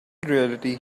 reality